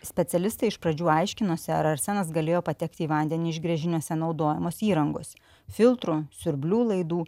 specialistai iš pradžių aiškinosi ar arsenas galėjo patekti į vandenį iš gręžiniuose naudojamos įrangos filtrų siurblių laidų